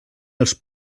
els